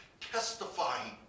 testifying